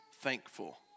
thankful